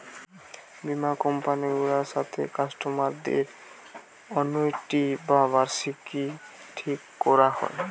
বীমা কোম্পানি গুলার সাথে কাস্টমারদের অ্যানুইটি বা বার্ষিকী ঠিক কোরা হয়